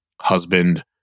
husband